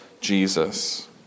Jesus